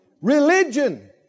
Religion